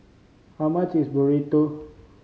how much is Burrito